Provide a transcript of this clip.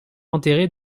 enterrés